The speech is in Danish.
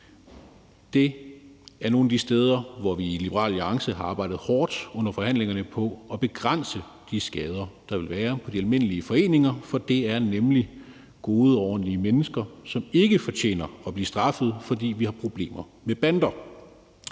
Det er nogle af de steder, hvor vi i Liberal Alliance under forhandlingerne har arbejdet hårdt på at begrænse de skader, der vil være på de almindelige foreninger, for det er nemlig gode, ordentlige mennesker, som ikke fortjener at blive straffet, fordi vi har problemer med bander.